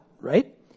right